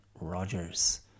Rogers